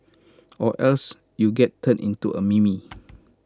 or else you get turned into A meme